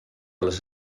les